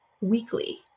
weekly